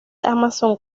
amazon